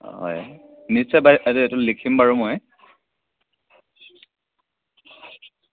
হয় নিশ্চয় বাইদ' এইটো লিখিম বাৰু মই